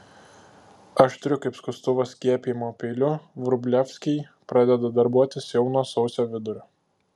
aštriu kaip skustuvas skiepijimo peiliu vrublevskiai pradeda darbuotis jau nuo sausio vidurio